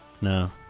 No